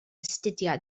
astudio